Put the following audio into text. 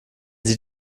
sie